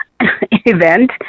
event